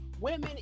women